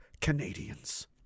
Canadians